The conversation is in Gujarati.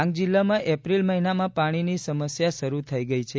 ડાંગ જિલ્લામાં એપ્રિલ મહિનામાં પાણીની સમસ્યા શરૂ થઇ ગઇ છે